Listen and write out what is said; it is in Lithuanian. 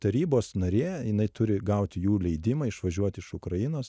tarybos narė jinai turi gauti jų leidimą išvažiuoti iš ukrainos